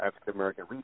African-American